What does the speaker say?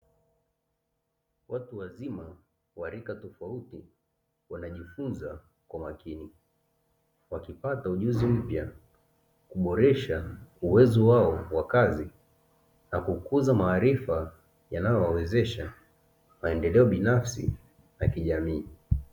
Watu wazima wa rika tofauti wanajifunza kwa makini wakipata ujuzi mpya kuboresha uwezo wao wa kazi na kukuza maarifa yanayowawezesha maendeleo binafsi ya kijamii.